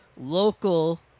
local